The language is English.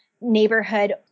neighborhood